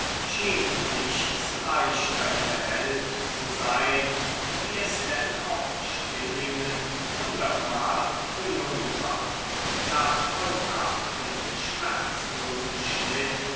schien nichts leichter in der welt zu sein wie es denn auch stillingen hundertmal gelungen war nach vollbrachtem schmerzlosen schnitt